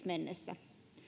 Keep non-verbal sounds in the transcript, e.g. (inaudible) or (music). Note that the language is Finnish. (unintelligible) mennessä